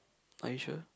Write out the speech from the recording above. are you sure